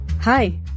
Hi